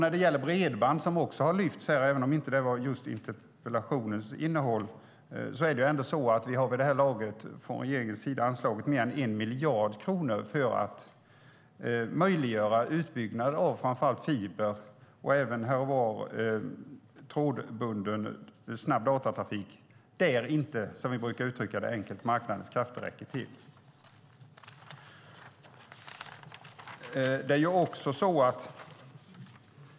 När det gäller bredband, som också har lyfts fram här även om det inte var interpellationens innehåll, har regeringen vid det här laget anslagit mer än 1 miljard kronor för att möjliggöra utbyggnad av framför allt fiber och även här och var trådbunden snabb datatrafik där, som vi brukar uttrycka det enkelt, marknadens krafter inte räcker till.